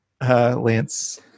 Lance